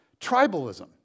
tribalism